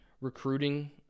recruiting